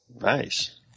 Nice